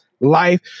life